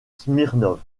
smirnov